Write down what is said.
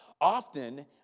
Often